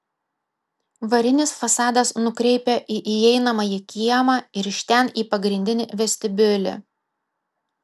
varinis fasadas nukreipia į įeinamąjį kiemą ir iš ten į pagrindinį vestibiulį